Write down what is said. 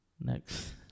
Next